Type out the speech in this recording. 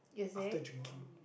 after drinking